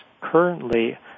currently